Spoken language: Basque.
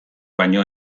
baino